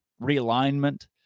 realignment